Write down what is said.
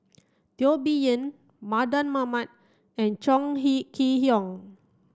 Teo Bee Yen Mardan Mamat and Chong Kee Hiong